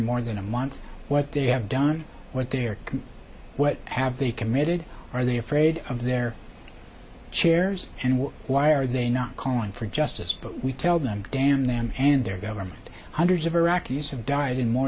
more than a month what they have done what they are what have they committed are they afraid of their chairs and what why are they not calling for justice but we tell them damn them and their government hundreds of iraqis have died in more